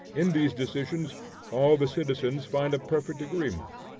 in these decisions all the citizens find a perfect agreement,